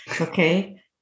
okay